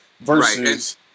versus